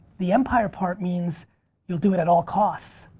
the empire part means you'll do it at all costs.